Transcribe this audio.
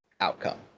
outcome